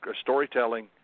storytelling